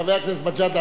חבר הכנסת מג'אדלה,